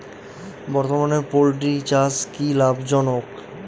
বর্তমানে পোলট্রি চাষ কি লাভজনক?